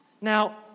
Now